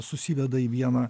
susiveda į vieną